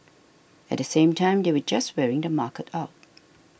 at the same time they were just wearing the market out